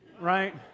right